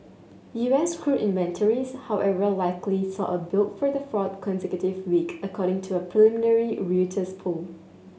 U S crude inventories however likely saw a build for the fourth consecutive week according to a preliminary Reuters poll